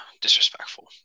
disrespectful